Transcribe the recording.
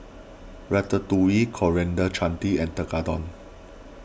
Ratatouille Coriander Chutney and Tekkadon